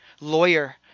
lawyer